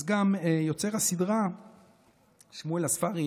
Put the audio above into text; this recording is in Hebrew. אז יוצר הסדרה שמואל הספרי,